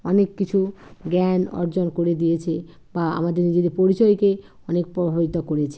অনেক কিছু জ্ঞান অর্জন করে দিয়েছে বা আমাদের নিজের পরিচয়কে অনেক প্রভাবিত করেছে